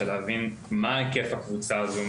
להבין מה היקף הקבוצה הזו,